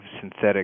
synthetic